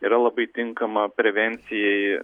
yra labai tinkama prevencijai